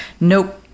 Nope